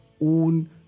own